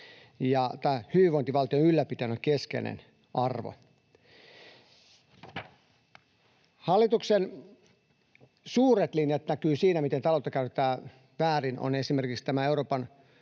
hyvinvointivaltion ylläpitäminen on keskeinen arvo. Hallituksen suuret linjat näkyvät siinä, miten taloutta käytetään väärin,